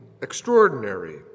extraordinary